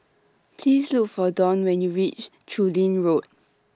Please Look For Donn when YOU REACH Chu Lin Road